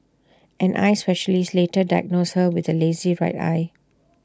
an eye specialist later diagnosed her with A lazy right eye